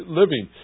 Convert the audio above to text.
living